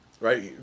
right